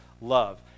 love